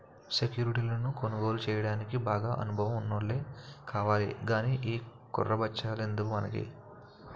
సెక్యురిటీలను కొనుగోలు చెయ్యడానికి బాగా అనుభవం ఉన్నోల్లే కావాలి గానీ ఈ కుర్ర బచ్చాలెందుకురా మనకి